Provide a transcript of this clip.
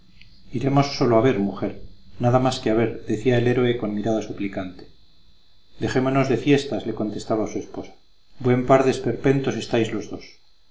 iremos sólo a ver mujer nada más que a ver decía el héroe con mirada suplicante dejémonos de fiestas le contestaba su esposa buen par de esperpentos estáis los dos